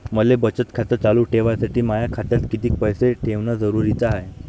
मले बचत खातं चालू ठेवासाठी माया खात्यात कितीक पैसे ठेवण जरुरीच हाय?